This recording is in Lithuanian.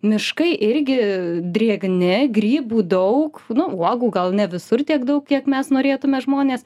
miškai irgi drėgni grybų daug nu uogų gal ne visur tiek daug kiek mes norėtume žmonės